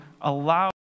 allow